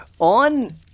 On